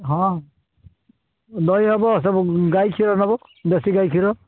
ହଁ ଦେଇ ହବ ସବୁ ଗାଈ କ୍ଷୀର ନେବ ଦେଶୀ ଗାଈ କ୍ଷୀର